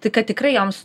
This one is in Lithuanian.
tai kad tikrai joms